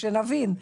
שנבין,